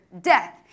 death